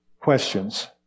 questions